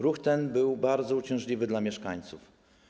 Ruch ten był bardzo uciążliwy dla mieszkańców.